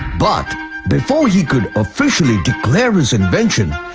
but before he could officially declare his invention.